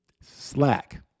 Slack